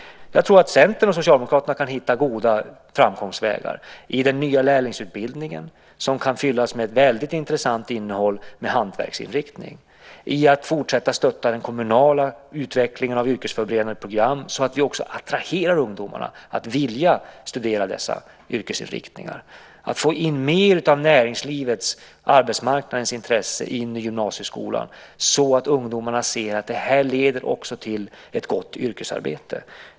Jag tror att Centern och Socialdemokraterna kan hitta goda framkomstvägar i den nya lärlingsutbildningen, som kan fyllas med väldigt intressant innehåll med hantverksinriktning, i att fortsätta att stötta den kommunala utvecklingen av yrkesförberedande program så att vi också attraherar ungdomarna att vilja studera dessa yrkesinriktningar och i att få in mer av näringslivets och arbetsmarknadens intresse i gymnasieskolan så att ungdomarna ser att det också leder till ett gott yrkesarbete.